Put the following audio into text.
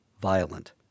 violent